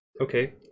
Okay